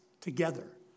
together